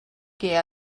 què